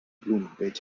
blumenbeet